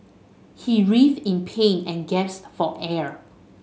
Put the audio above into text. he writhed in pain and gasped for air